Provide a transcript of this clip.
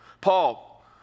Paul